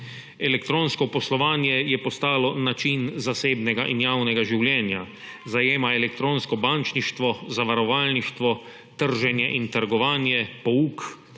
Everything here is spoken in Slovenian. Elektronsko poslovanje je postalo način zasebnega in javnega življenja, zajema elektronsko bančništvo, zavarovalništvo, trženje in trgovanje, pouk,